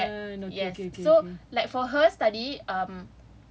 ya yes so like for hers tadi um